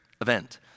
event